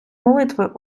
молитви